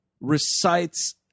recites